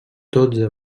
dotze